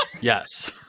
yes